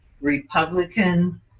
Republican